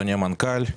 אדוני המנכ"ל.